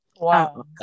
Wow